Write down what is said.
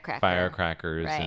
firecrackers